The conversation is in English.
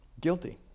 guilty